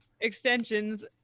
Extensions